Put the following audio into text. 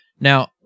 Now